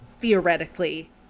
theoretically